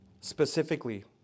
specifically